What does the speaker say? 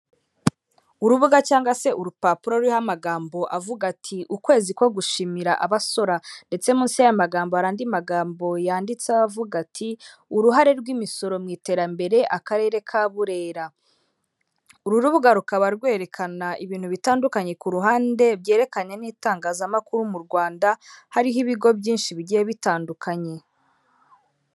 Urubuga cyangwa se urupapuro ruriho amagambo avuga ati:" Ukwezi ko gushimira abasora." ndetse munsi y'amagambo andi magambo yanditse avuga ati:"Uruhare rw'imisoro mu iterambere akarere ka Burera." Uru rubuga rukaba rwerekana ibintu bitandukanye ku ruhande byerekeranye n'itangazamakuru mu rwanda hariho ibigo byinshi bigiye bitandukanye.